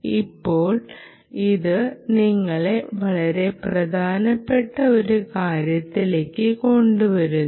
ഇപ്പോൾ ഇത് ഞങ്ങളെ വളരെ പ്രധാനപ്പെട്ട ഒരു കാര്യത്തിലേക്ക് കൊണ്ടുവരുന്നു